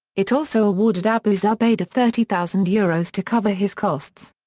it also awarded abu zubaydah thirty thousand euros to cover his costs.